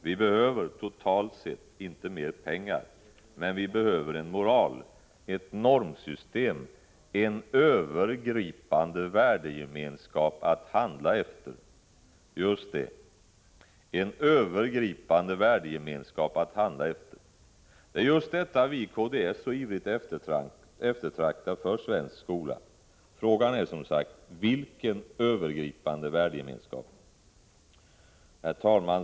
Vi behöver — totalt sett — inte mer pengar. Men vi behöver en moral, ett normsystem, en övergripande värdegemenskap att handla efter. Just det! Vi behöver ”en övergripande värdegemenskap att handla efter”. Det är exakt detta vi i kds så ivrigt eftertraktar för svensk skola. Frågan är, som sagt, vilken övergripande värdegemenskap. Herr talman!